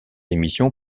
émission